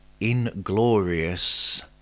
*Inglorious